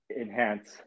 enhance